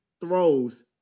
throws